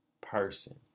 person